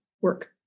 work